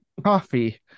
coffee